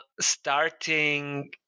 starting